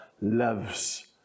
loves